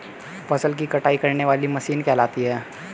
फसल की कटाई करने वाली मशीन कहलाती है?